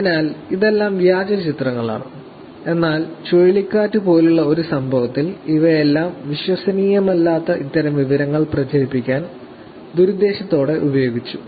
അതിനാൽ ഇതെല്ലാം വ്യാജ ചിത്രങ്ങളാണ് എന്നാൽ ചുഴലിക്കാറ്റ പോലുള്ള ഒരു സംഭവത്തിൽ അവയെല്ലാം വിശ്വസനീയമല്ലാത്ത ഇത്തരം വിവരങ്ങൾ പ്രചരിപ്പിക്കാൻ ദുരുദ്ദേശ്യത്തോടെ ഉപയോഗിച്ചു